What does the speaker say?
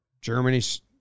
Germany's